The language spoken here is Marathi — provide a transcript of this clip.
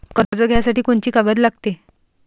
कर्ज घ्यासाठी कोनची कागद लागते?